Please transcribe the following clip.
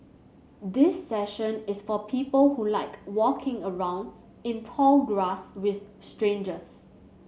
this session is for people who like walking around in tall grass with strangers